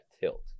tilt